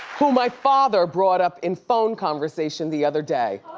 who my father brought up in phone conversation the other day.